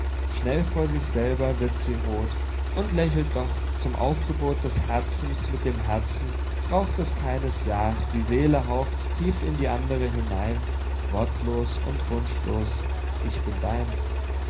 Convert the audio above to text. schnell vor sich selber wird sie roth und lächelt doch zum aufgebot des herzens mit dem herzen braucht es keines ja die seele haucht tief in die andere hinein wortlos und wunschlos ich bin dein